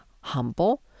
humble